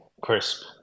crisp